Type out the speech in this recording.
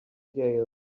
gale